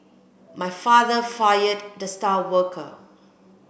my father fired the star worker